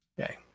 Okay